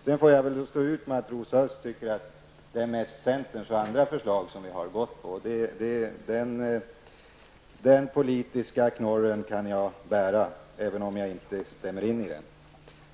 Sedan får jag väl stå ut med att Rosa Östh tycker att det är mest centerns förslag och vissa andra förslag som vi har utgått ifrån. Den politiska knorren kan jag bära, även om jag inte instämmer i den.